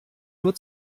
nur